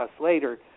later